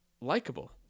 likable